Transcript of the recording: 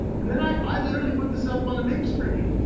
and then i i literally put this up on the big screen.